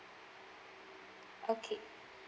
okay